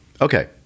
Okay